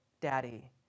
daddy